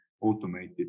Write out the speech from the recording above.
automated